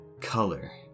color